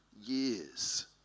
years